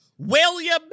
William